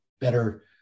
better